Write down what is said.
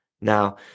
Now